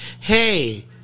Hey